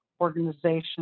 organization